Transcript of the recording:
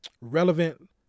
relevant